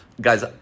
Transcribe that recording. Guys